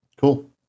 Cool